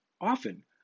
Often